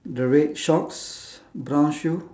the red shorts brown shoe